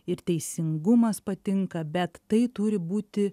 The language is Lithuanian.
ir teisingumas patinka bet tai turi būti